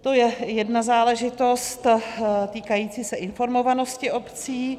To je jedna záležitost týkající se informovanosti obcí.